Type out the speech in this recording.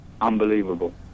unbelievable